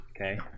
okay